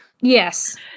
Yes